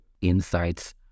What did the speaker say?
insights